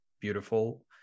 beautiful